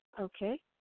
Okay